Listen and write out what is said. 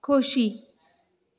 खोशी